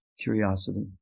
curiosity